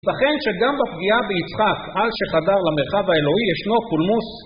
לכן שגם בפגיעה ביצחק, על שחדר למרחב האלוהי ישנו פולמוס